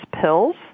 pills